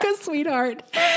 sweetheart